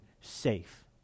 safe